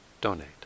donate